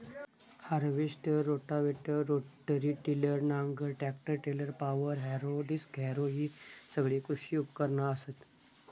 harvester, rotavator, rotary tiller, नांगर, tractor trailer, power harrow, disc harrow हि सगळी कृषी उपकरणा असत